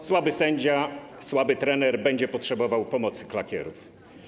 Słaby sędzia, słaby trener będzie potrzebował pomocy klakierów.